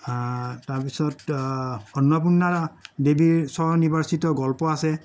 তাৰপিছত তাৰপিছত অন্নপূৰ্ণা দেৱীৰ স্বনিৰ্বাচিত গল্প আছে